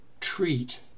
treat